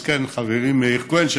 מסכן חברי מאיר כהן,